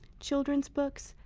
children's books,